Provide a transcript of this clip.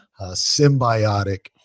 symbiotic